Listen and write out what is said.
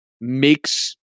makes